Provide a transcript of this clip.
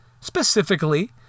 specifically